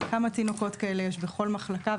כמה תינוקות כאלה יש בכל מחלקה,